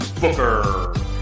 Booker